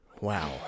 Wow